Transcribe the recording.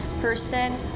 person